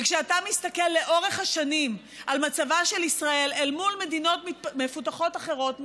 וכשאתה מסתכל לאורך השנים על מצבה של ישראל מול מדינות מפותחות אחרות,